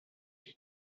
that